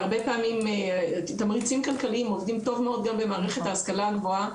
והרבה פעמים תמריצים כלכליים עובדים טוב מאוד גם במערכת ההשכלה הגבוהה,